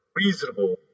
reasonable